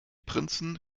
prinzen